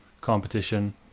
competition